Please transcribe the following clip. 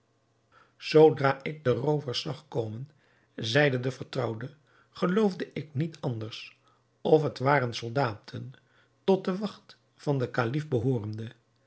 zoodra ik de roovers zag komen zeide de vertrouwde geloofde ik niet anders of het waren soldaten tot de wacht van den kalif behoorende